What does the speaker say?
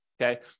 okay